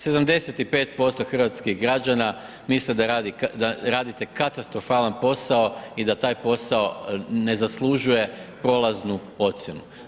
75% hrvatskih građana misle da radite katastrofalan posao i da taj posao ne zaslužuje prolaznu ocjenu.